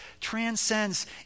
transcends